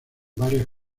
varias